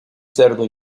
cerdo